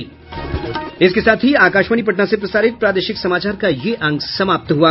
इसके साथ ही आकाशवाणी पटना से प्रसारित प्रादेशिक समाचार का ये अंक समाप्त हुआ